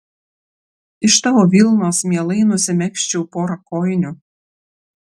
iš tavo vilnos mielai nusimegzčiau porą kojinių